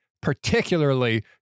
particularly